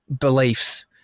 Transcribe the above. beliefs